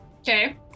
Okay